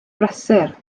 brysur